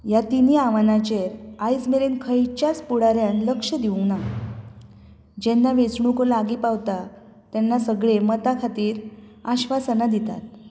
ह्या तीनय आव्हानांचेर आयज मेरेन खंयच्याच फुडाऱ्यान लक्ष दिवं ना जेन्ना वेचणुको लागीं पावता तेन्ना सगळे मतां खातीर आश्वासनां दितात